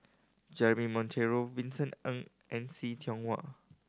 Jeremy Monteiro Vincent Ng and See Tiong Wah